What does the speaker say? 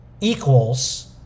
equals